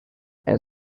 and